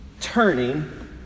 turning